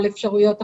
על אפשרויות הכשרה,